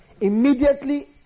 immediately